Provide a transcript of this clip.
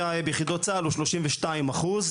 הוא 32 אחוז.